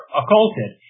occulted